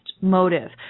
motive